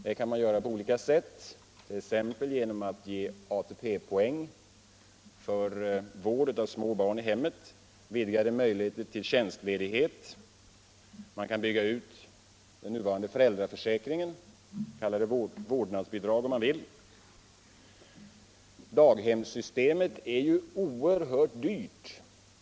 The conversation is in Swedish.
Det kan man göra på olika sätt, t.ex. genom att ge ATP-poäng för vård av barn i hemmet, ökade möjligheter till tjänstledighet osv. Man kan bygga ut den nuvarande föräldraförsäkringen — kalla det vårdnadsbidrag om man så vill. Daghemssystemet är ju oerhört dyrt.